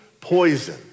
poison